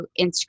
Instagram